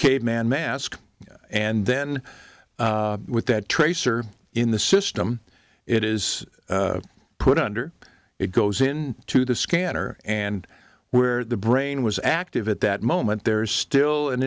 caveman mask and then with that trace or in the system it is put under it goes in to the scanner and where the brain was active at that moment there is still an